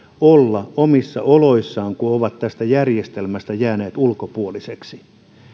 olla omissa oloissaan kun he ovat tästä järjestelmästä jääneet ulkopuolisiksi